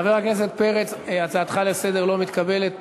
חבר הכנסת פרץ, הצעתך לסדר לא מתקבלת.